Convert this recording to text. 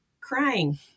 crying